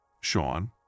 Sean